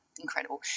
incredible